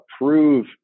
approve